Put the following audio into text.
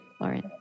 Lauren